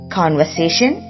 conversation